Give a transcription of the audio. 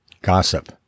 Gossip